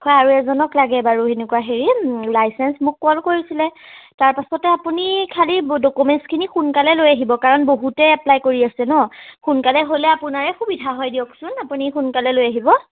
হয় আৰু এজনক লাগে বাৰু এনেকুৱা হেৰি লাইচেন্স মোক কল কৰিছিলে তাৰপাছতে আপুনি খালি ডকুমেণ্টছখিনি সোনকালে লৈ আহিব কাৰণ বহুতে এপ্লাই কৰি আছে ন সোনকালে হ'লে আপোনাৰে সুবিধা হয় দিয়কচোন আপুনি সোনকালে লৈ আহিব